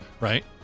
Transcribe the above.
right